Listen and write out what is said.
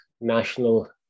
national